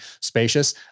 spacious